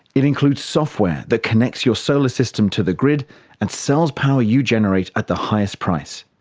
it includes software that connects your solar system to the grid and sells power you generate at the highest price.